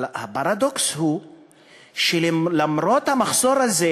אבל הפרדוקס הוא שלמרות המחסור הזה